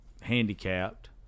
handicapped